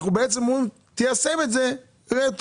אנחנו בעצם אומרים תיישם את זה רטרואקטיביות.